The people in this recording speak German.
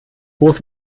groß